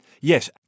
Yes